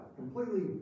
completely